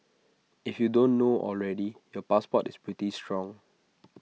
if you don't know already your passport is pretty strong